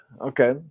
Okay